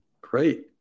Great